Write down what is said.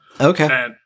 okay